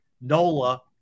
Nola